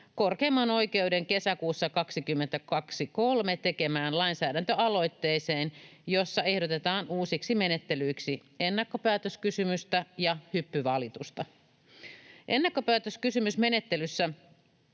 korkeimman oikeuden kesäkuussa 2023 tekemään lainsäädäntöaloitteeseen, jossa ehdotetaan uusiksi menettelyiksi ennakkopäätöskysymystä ja hyppyvalitusta. Ennakkopäätöskysymysmenettelyssä